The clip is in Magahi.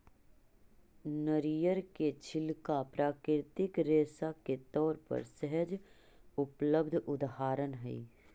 नरियर के छिलका प्राकृतिक रेशा के तौर पर सहज उपलब्ध उदाहरण हई